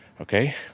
Okay